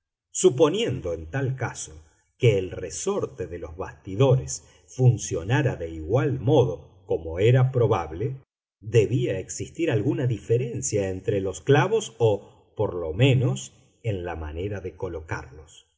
suponiendo en tal caso que el resorte de los bastidores funcionara de igual modo como era probable debía existir alguna diferencia entre los clavos o por lo menos en la manera de colocarlos